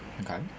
Okay